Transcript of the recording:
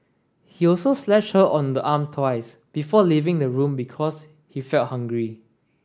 he also slashed her on the arm twice before leaving the room because he felt hungry